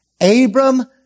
Abram